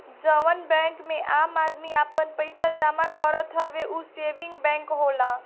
जउन बैंक मे आम आदमी आपन पइसा जमा करत हवे ऊ सेविंग बैंक होला